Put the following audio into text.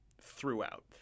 throughout